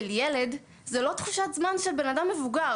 ילד זו לא תחושת זמן של בן אדם מבוגר.